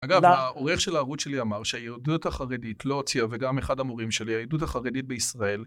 אגב, העורך של הערוץ שלי אמר ש...היהדות החרדית, לא הוציאה, וגם אחד המורים שלי, היהדות החרדית בישראל,